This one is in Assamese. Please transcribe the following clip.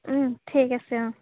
ঠিক আছে অঁ